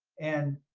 and,